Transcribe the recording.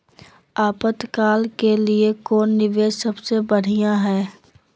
आपातकाल के लिए कौन निवेस सबसे बढ़िया है?